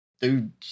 Dude